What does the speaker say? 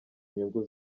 inyungu